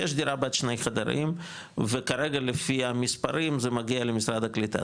יש דירה בת שני חדרים וכרגע לפי המספרים זה מגיע למשרד הקליטה,